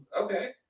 okay